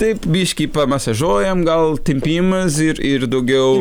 taip biškį pamasažuojam gal tempimas ir ir daugiau